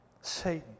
Satan